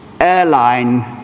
airline